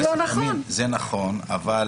חברת הכנסת אימאן, זה נכון, אבל